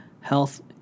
health